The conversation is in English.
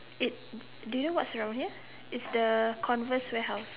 it do you what's around here it's the converse warehouse